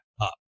up